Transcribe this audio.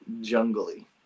jungly